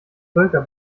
völker